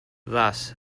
thus